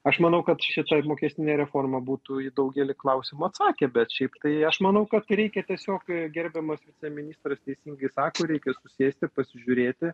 aš manau kad šita mokestinė reforma būtų į daugelį klausimų atsakė bet šiaip tai aš manau kad reikia gerbiamas viceministras teisingai sako reikia susėsti pasižiūrėti